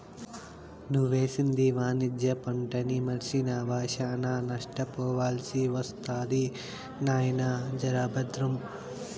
నువ్వేసింది వాణిజ్య పంటని మర్సినావా, శానా నష్టపోవాల్సి ఒస్తది నాయినా, జర బద్రం